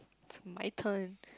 it's my turn